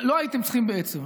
לא הייתם צריכים, בעצם.